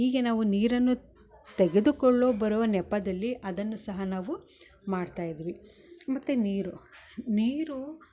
ಹೀಗೆ ನಾವು ನೀರನ್ನು ತೆಗೆದುಕೊಳ್ಳೊ ಬರುವ ನೆಪದಲ್ಲಿ ಅದನ್ನು ಸಹ ನಾವು ಮಾಡ್ತಾ ಇದ್ವಿ ಮತ್ತು ನೀರು ನೀರು